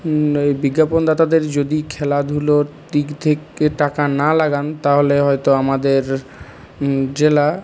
বিজ্ঞাপনদাতাদের যদি খেলাধুলোর দিক থেকে টাকা না লাগান তাহলে হয়তো আমাদের জেলা